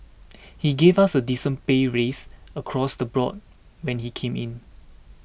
he gave us a decent pay raise across the board when he came in